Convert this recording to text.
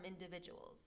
individuals